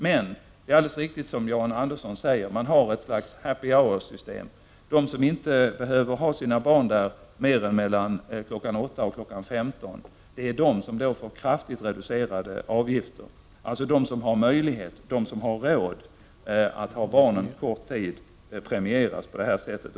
Man har också, som Jan Andersson alldeles riktigt säger, ett slags ”happy hour”-system. De som inte behöver ha sina barn där längre tid än mellan kl. 8 och 15 får kraftigt reducerade avgifter. De som har möjlighet och råd att ha barnen där under kort tid premieras alltså.